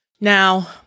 Now